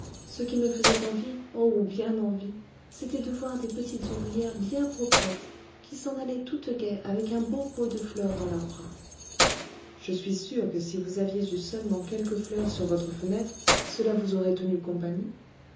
ce qui me faisait envie oh bien envie c'était de voir des petites ouvrières bien proprettes qui s'en allaient toutes gaies avec un beau pot de fleurs dans leurs bras je suis sûr que si vous aviez eu seulement quelques fleurs sur votre fenêtre cela vous aurait tenu compagnie